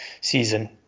season